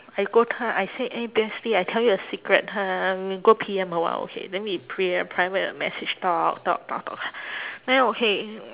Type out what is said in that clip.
I go to her I say eh bestie I tell you a secret ha we go P_M a while okay then we pri~ uh private message talk talk talk talk then okay